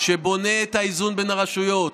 שבונה את האיזון בין הרשויות.